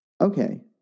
okay